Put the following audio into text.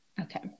okay